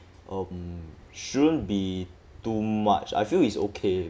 um shouldn't be too much I feel it's okay